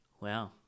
Wow